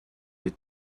die